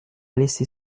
laisser